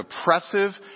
oppressive